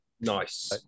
nice